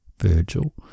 virgil